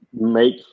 make